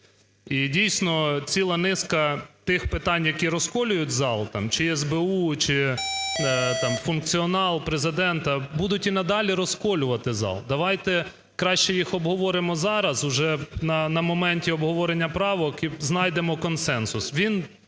І, дійсно, ціла низка тих питань, які розколюють зал, чи СБУ, чи там функціонал Президента, будуть і надалі розколювати зал. Давайте краще їх обговоримо зараз уже на моменті обговорення правок і знайдемо консенсус.